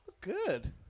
Good